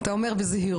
אתה אומר בזהירות.